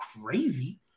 crazy